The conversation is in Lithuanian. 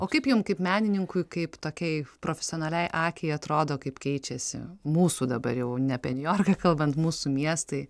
o kaip jum kaip menininkui kaip tokiai profesionaliai akiai atrodo kaip keičiasi mūsų dabar jau ne apie niujorką kalbant mūsų miestai